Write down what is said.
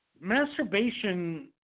masturbation